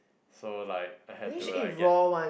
so like I have to like get